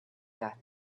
death